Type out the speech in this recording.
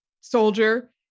soldier